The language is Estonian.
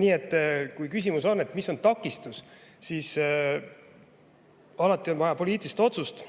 Nii et kui küsimus on, mis on takistus, siis [vastan, et] alati on vaja poliitilist otsust,